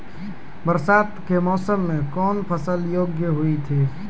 बरसात के मौसम मे कौन फसल योग्य हुई थी?